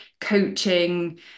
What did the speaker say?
coaching